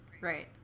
Right